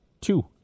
two